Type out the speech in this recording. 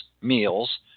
meals